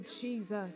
Jesus